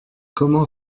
comment